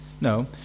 No